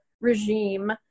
regime